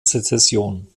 sezession